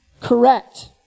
correct